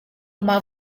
uma